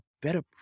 better